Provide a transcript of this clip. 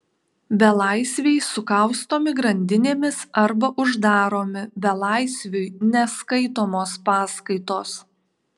belaisviai sukaustomi grandinėmis arba uždaromi belaisviui neskaitomos paskaitos